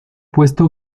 puesto